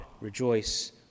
rejoice